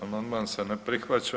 Amandman se ne prihvaća.